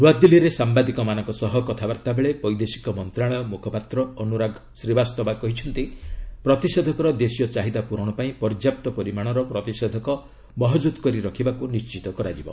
ନୂଆଦିଲ୍ଲୀରେ ସାମ୍ବାଦିକମାନଙ୍କ ସହ କଥାବର୍ତ୍ତାବେଳେ ବୈଦେଶିକ ମନ୍ତ୍ରଶାଳୟ ମୁଖପାତ୍ର ଅନୁରାଗ ଶ୍ରୀବାସ୍ତବା କହିଛନ୍ତି ପ୍ରତିଷେଧକର ଦେଶୀୟ ଚାହିଦା ପୂରଣ ପାଇଁ ପର୍ଯ୍ୟାପ୍ତ ପରିମାଣର ପ୍ରତିଷେଧକ ମହକୁଦ୍ କରି ରଖିବାକୁ ନିର୍ଣ୍ଣିତ କରାଯିବ